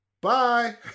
bye